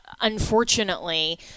unfortunately –